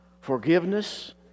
forgiveness